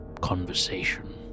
conversation